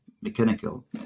mechanical